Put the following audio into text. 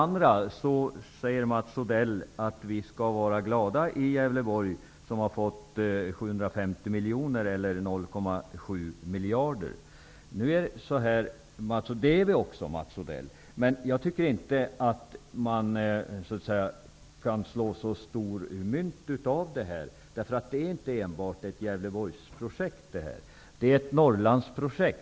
Vidare säger Mats Odell att vi skall vara glada i Gävleborg, som har fått 0,7 miljarder. Det är vi också. Men jag tycker inte att man så stort kan slå mynt av den saken. Detta är inte ett Gävleborgsprojekt, utan det är ett Norrlandsprojekt.